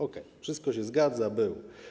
Okej, wszystko się zgadza, był.